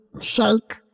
shake